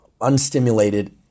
unstimulated